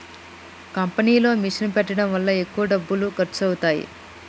కంపెనీలో మిషన్ పెట్టడం వల్ల ఎక్కువ డబ్బులు ఖర్చు అవుతాయి